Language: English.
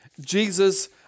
Jesus